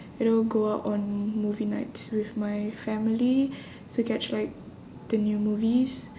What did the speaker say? you know go out on movie nights with my family to catch like the new movies